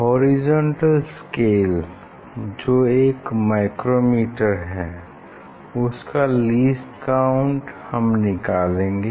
horizontal scale जो एक micrometer है उस का लीस्ट काउंट हम निकालेंगे